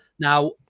Now